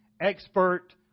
expert